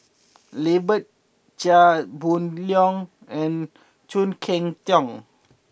Lambert Chia Boon Leong and Khoo Cheng Tiong